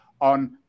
on